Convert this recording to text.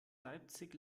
leipzig